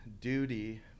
duty